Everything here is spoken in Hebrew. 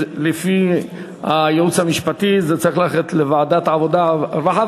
שלפי הייעוץ המשפטי זה צריך ללכת לוועדת העבודה והרווחה,